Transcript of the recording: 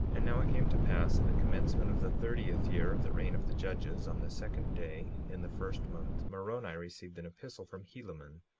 and now it came to pass in the commencement of the thirtieth year of the reign of the judges, on the second day in the first month, moroni received an epistle from helaman,